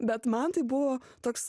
bet man tai buvo toks